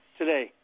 today